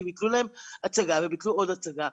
כי ביטלו להם הצגה וביטלו עוד הצגה.